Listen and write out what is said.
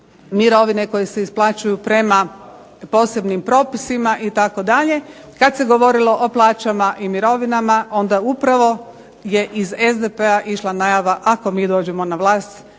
mirovine koje se isplaćuju prema posebnim propisima itd., kad se govorilo o plaćama i mirovinama onda upravo je iz SDP-a išla najava ako mi dođemo na vlast